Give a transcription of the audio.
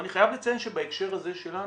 מה זה מתפתח?